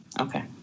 okay